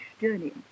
journey